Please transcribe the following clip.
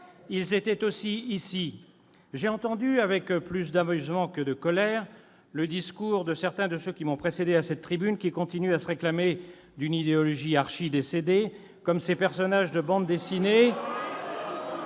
Ils étaient aussi ici. J'ai entendu, avec plus d'amusement que de colère, le discours de certains de ceux qui m'ont précédé à cette tribune. Ils continuent à se réclamer d'une idéologie archi-décédée comme ces personnages de bandes dessinées